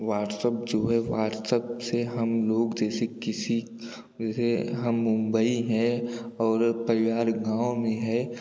WhatsApp जो है WhatsApp से हम लोग जैसे किसी जैसे हम मुंबई है परिवार गाँव में है